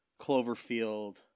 Cloverfield